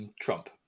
Trump